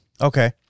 Okay